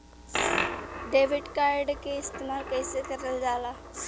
Debit card के इस्तेमाल कइसे करल जाला?